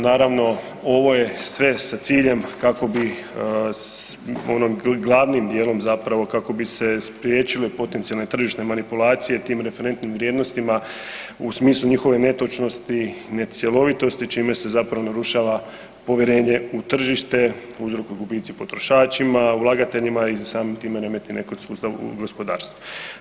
Naravno, ovo je sve sa ciljem kako bi ono, glavnim dijelom zapravo kako bi se spriječile potencijalne tržišne manipulacije tim referentnim vrijednostima u smislu njihove netočnosti i necjelovitosti čime se zapravo narušava povjerenje u tržište uzrok u gubici i potrošačima, ulagateljima i samim time remeti sustav gospodarstva.